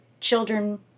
children